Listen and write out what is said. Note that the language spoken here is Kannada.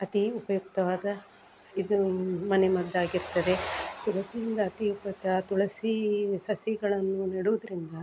ಅತಿ ಉಪಯುಕ್ತವಾದ ಇದು ಮನೆಮದ್ದಾಗಿರ್ತದೆ ತುಳಸಿಯಿಂದ ಅತಿ ಉಪಯುಕ್ತ ತುಳಸಿ ಸಸಿಗಳನ್ನು ನೆಡೋದ್ರಿಂದ